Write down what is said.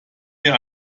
mir